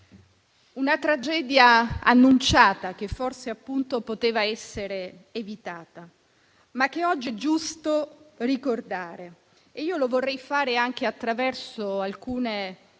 Una tragedia annunciata, che forse, appunto, poteva essere evitata, ma che oggi è giusto ricordare. E io lo vorrei fare anche attraverso alcune